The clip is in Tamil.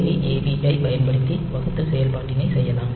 வி ஏபி ஐப் பயன்படுத்தி வகுத்தல் செயல்பாட்டினைச் செய்யலாம்